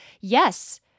yes